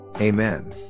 Amen